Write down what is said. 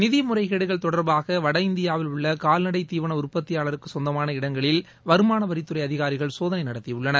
நிதிமுறைகேடுகள் தொடர்பாக வட இந்தியாவில் உள்ள கால்நடை தீவன உற்பத்தியாளருக்கு சொந்தமான இடங்களில் வருமானவரித்துறை அதிகாரிகள் சோதனை நடத்தியுள்ளனர்